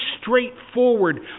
straightforward